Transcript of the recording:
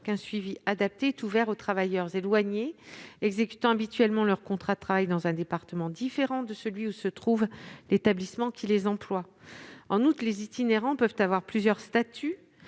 qu'un suivi adapté est ouvert aux « travailleurs éloignés exécutant habituellement leur contrat de travail dans un département différent de celui où se trouve l'établissement qui les emploie ». En outre, les itinérants peuvent avoir plusieurs statuts-